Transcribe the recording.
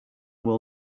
will